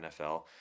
NFL